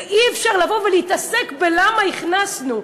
ואי-אפשר לבוא ולהתעסק בשאלה למה הכנסנו,